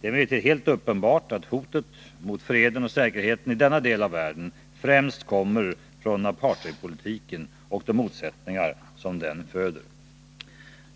Det är emellertid helt uppenbart att hotet mot freden och säkerheten i denna del av världen främst kommer från apartheidpolitiken och de motsättningar den föder.